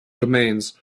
domains